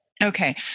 Okay